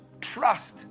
Trust